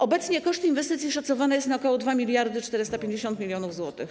Obecnie koszt inwestycji szacowany jest na ok. 2450 mln zł.